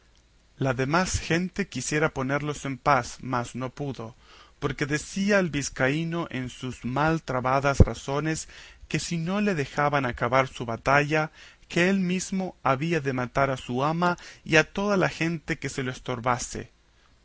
la demás gente quisiera ponerlos en paz mas no pudo porque decía el vizcaíno en sus mal trabadas razones que si no le dejaban acabar su batalla que él mismo había de matar a su ama y a toda la gente que se lo estorbase